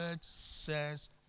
says